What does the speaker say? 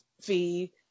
fee